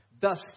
Thus